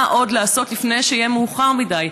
מה עוד לעשות לפני שיהיה מאוחר מדי.